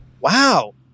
Wow